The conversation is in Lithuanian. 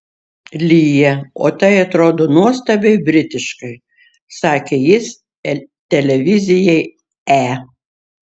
lyja o tai atrodo nuostabiai britiškai sakė jis televizijai e